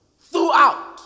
throughout